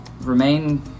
remain